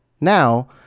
Now